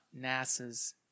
NASA's